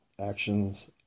actions